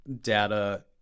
data